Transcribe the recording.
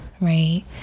right